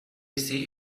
see